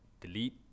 Delete